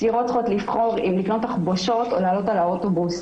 צעירות צריכות לבחור אם לקנות תחבושות או לעלות על האוטובוס.